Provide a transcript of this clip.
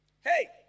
hey